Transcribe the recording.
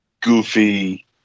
goofy